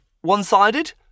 one-sided